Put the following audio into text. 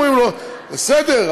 אומרים לו: בסדר,